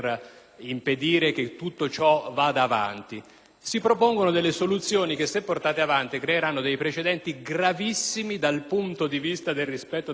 Si propongono delle soluzioni che, se portate avanti, creeranno dei precedenti gravissimi dal punto di vista del rispetto della legalità costituzionale in questo Paese.